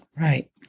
right